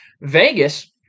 Vegas